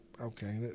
okay